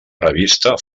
revista